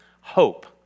hope